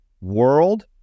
world